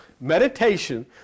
Meditation